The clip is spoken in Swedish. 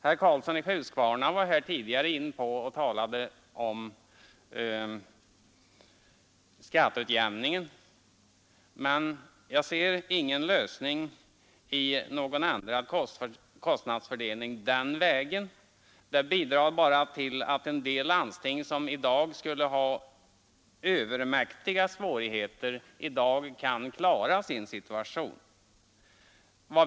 Herr Karlsson i Huskvarna talade tidigare om skatteutjämningen, men jag ser ingen lösning i någon ändrad kostnadsfördelning den vägen. Det bidrar bara till att en del landsting som i dag skulle ha övermäktiga svårigheter kan klara sin situation.